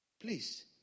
Please